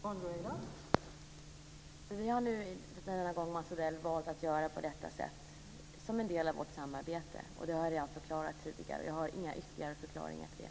Fru talman! Vi har nu denna gång valt att göra på detta sätt, Mats Odell, som en del av vårt samarbete. Det har jag redan förklarat tidigare. Jag har inga ytterligare förklaringar till det.